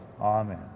amen